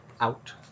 out